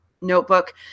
notebook